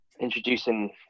introducing